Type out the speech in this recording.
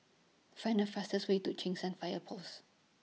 Find The fastest Way to Cheng San Fire Post